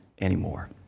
anymore